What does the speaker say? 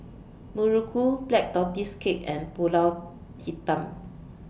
Muruku Black Tortoise Cake and Pulut Hitam